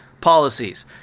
Policies